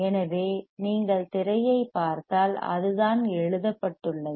எனவே நீங்கள் திரையைப் பார்த்தால் அதுதான் எழுதப்பட்டுள்ளது